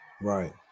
Right